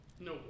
No